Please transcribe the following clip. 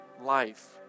life